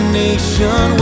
nation